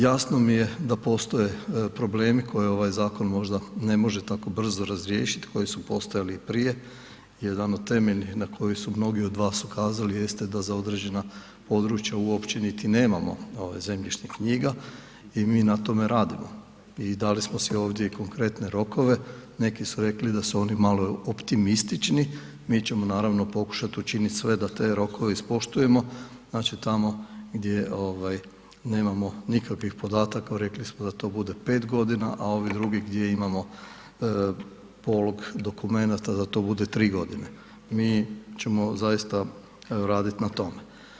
Jasno mi je da postoje problemi koje ovaj zakon možda ne može tako brzo razriješiti, koji su postojali i prije, jedan od temeljnih na koji su mnogi od vas ukazali jeste da za određena područja uopće niti nemamo zemljišnih knjiga i mi na tome radimo i dali sve ovdje i konkretne rokove, neki su rekli da su oni malo optimistični, mi ćemo naravno pokušat učinit sve da te rokove ispoštujemo, znači tamo gdje nemamo nikakvih podataka, rekli smo da to bude 5 g. a ovi drugi gdje imamo polog dokumenata da to bude 3 g., mi ćemo zaista raditi na tome.